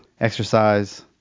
exercise